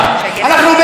אז למה להצר?